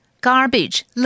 Garbage